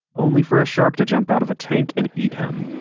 only for a shark to jump out of a tank and eat him